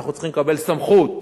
אנחנו צריכים לקבל סמכות.